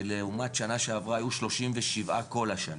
לעומת השנה שעברה, היו 37 כל השנה,